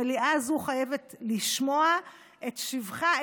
המליאה הזו חייבת לשמוע את שבחה,